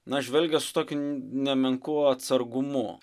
na žvelgia su tokiu nemenku atsargumu